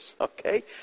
okay